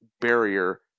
barrier